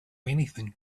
anything